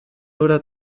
oder